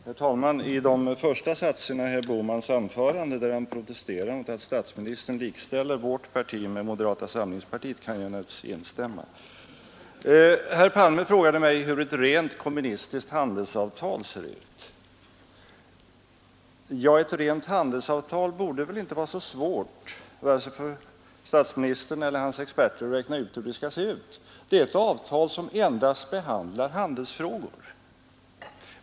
Herr talman! I de första satserna i herr Bohmans anförande, där han protesterade mot att statsministern likställer vårt parti med moderata Samlingspartiet, kan jag naturligtvis instämma. Herr Palme frågade mig, hur ett rent kommunistiskt handelsavtal ser ut. Ja, hur ett rent handelsavtal skall se ut borde väl inte vara så svårt för vare sig statsministern eller hans experter att räkna ut: Det är ett avtal som endast behandlar handelsfrågor.